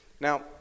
Now